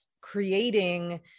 creating